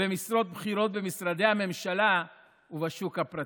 במשרות בכירות במשרדי הממשלה ובשוק הפרטי,